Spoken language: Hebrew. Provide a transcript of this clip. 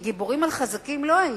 כי גיבורים על חזקים לא הייתם.